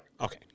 Okay